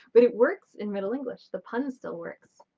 but it works in middle english! the pun still works.